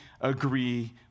agree